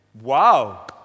Wow